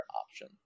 option